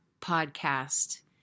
podcast